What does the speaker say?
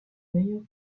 meilleur